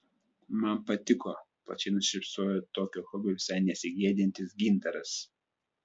man patiko plačiai nusišypsojo tokio hobio visai nesigėdijantis gintaras